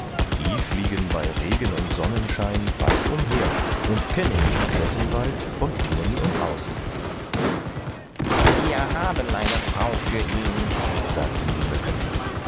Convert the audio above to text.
die fliegen bei regen und sonnenschein weit umher und kennen den klettenwald von innen und außen wir haben eine frau für ihn sagten die mücken